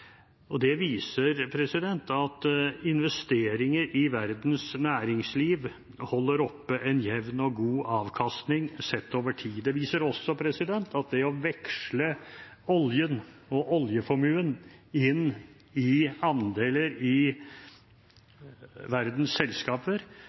og det viser at investeringer i verdens næringsliv holder oppe en jevn og god avkastning sett over tid. Det viser også at det å veksle oljen og oljeformuen inn i andeler i